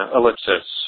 Ellipsis